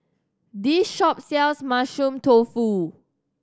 this shop sells Mushroom Tofu